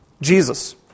Jesus